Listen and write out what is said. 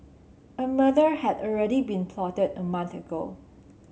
a murder had already been plotted a month ago